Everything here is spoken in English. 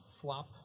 Flop